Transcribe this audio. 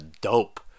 dope